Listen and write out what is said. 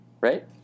Right